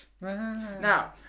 Now